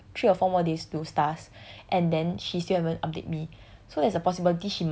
three four three or four more days to stars and then she still haven't update me